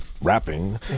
rapping